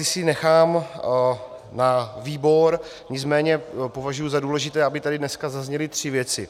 Ty si nechám na výbor, nicméně považuji za důležité, aby tady dneska zazněly tři věci.